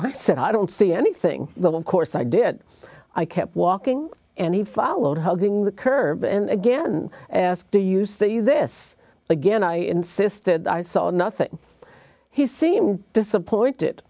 i said i don't see anything of course i did i kept walking and he followed holding the curb again asked do you see this again i insisted i saw nothing he seemed disappointed